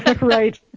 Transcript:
Right